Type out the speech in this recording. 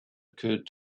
occurred